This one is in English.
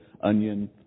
onion